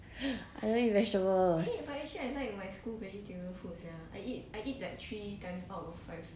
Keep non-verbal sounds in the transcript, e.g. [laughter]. [breath] I don't take vegetables